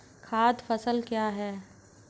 खाद्य फसल क्या है?